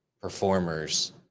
performers